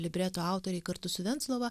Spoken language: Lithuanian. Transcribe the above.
libreto autoriai kartu su venclova